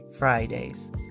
Fridays